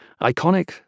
iconic